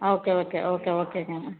okay okay okay ஓகேங்க